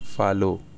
follow